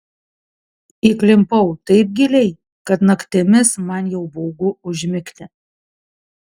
įklimpau taip giliai kad naktimis man jau baugu užmigti